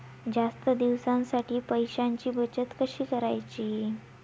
जास्त दिवसांसाठी पैशांची बचत कशी करायची?